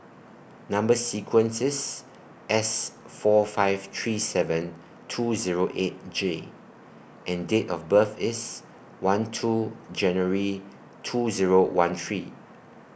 Number sequence IS S four five three seven two Zero eight J and Date of birth IS one two January two Zero one three